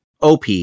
OP